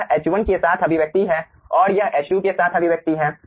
तो यह H1 के साथ अभिव्यक्ति है और यह H2 के साथ अभिव्यक्ति है